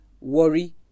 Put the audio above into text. Worry